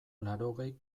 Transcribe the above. laurogei